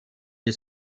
die